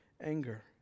anger